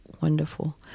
wonderful